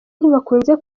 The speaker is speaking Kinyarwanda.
ntibakunze